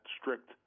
strict